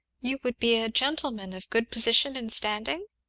you would be a gentleman of good position and standing?